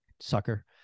sucker